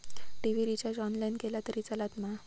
TV recharge online केला तरी चलात मा?